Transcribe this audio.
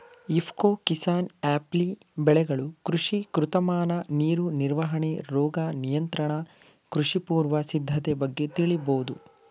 ಇಫ್ಕೊ ಕಿಸಾನ್ಆ್ಯಪ್ಲಿ ಬೆಳೆಗಳು ಕೃಷಿ ಋತುಮಾನ ನೀರು ನಿರ್ವಹಣೆ ರೋಗ ನಿಯಂತ್ರಣ ಕೃಷಿ ಪೂರ್ವ ಸಿದ್ಧತೆ ಬಗ್ಗೆ ತಿಳಿಬೋದು